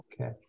Okay